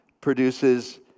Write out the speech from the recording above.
produces